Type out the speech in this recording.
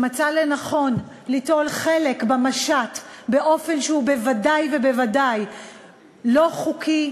שמצא לנכון ליטול חלק במשט באופן שהוא בוודאי ובוודאי לא חוקי,